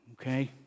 Okay